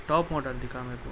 top model دکھا میرے کو